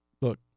Look